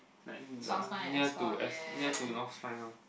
like in the near to S near to North Spine lor